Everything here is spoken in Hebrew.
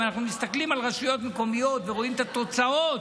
אם אנחנו מסתכלים על רשויות מקומיות ורואים את התוצאות,